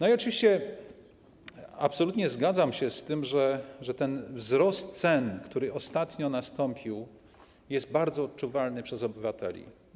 Oczywiście absolutnie zgadzam się z tym, że wzrost cen, który ostatnio nastąpił, jest bardzo odczuwalny przez obywateli.